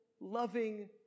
loving